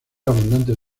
abundantes